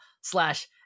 slash